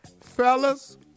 Fellas